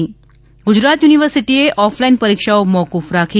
ઃ ગુજરાત યુનિવર્સિટીએ ઓફલાઇન પરીક્ષાઓ મોક્રફ રાખી